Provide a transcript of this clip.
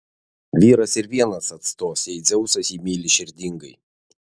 vyras ir vienas atstos jei dzeusas jį myli širdingai